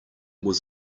was